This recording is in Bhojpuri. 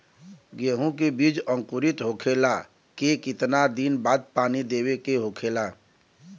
गेहूँ के बिज अंकुरित होखेला के कितना दिन बाद पानी देवे के होखेला?